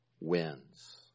wins